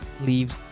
leaves